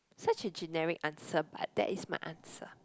such a generic answer but that is my answer